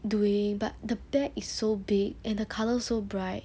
doing but the bag is so big and the color so bright